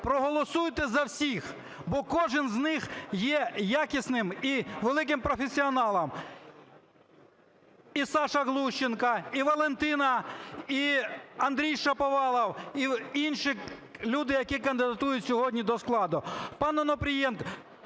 проголосуйте за всіх, бо кожен з них є якісним і великим професіоналом: і Саша Глущенко, і Валентина, і Андрій Шаповалов, і інші люди, які кандидатують сьогодні до складу,